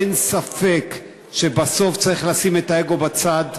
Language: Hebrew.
אין ספק שבסוף צריך לשים את האגו בצד,